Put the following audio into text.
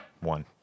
One